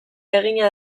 egina